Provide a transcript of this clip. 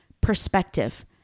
perspective